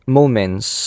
moments